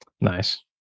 nice